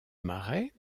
marais